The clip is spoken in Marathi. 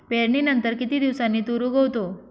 पेरणीनंतर किती दिवसांनी तूर उगवतो?